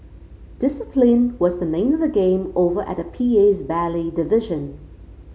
discipline was the name of the game over at the P A's ballet division